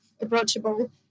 approachable